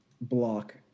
block